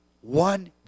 One